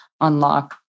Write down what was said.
unlock